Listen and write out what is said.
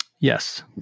Yes